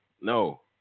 no